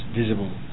visible